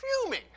fuming